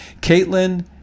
Caitlin